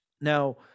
Now